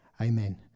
Amen